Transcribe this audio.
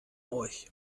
euch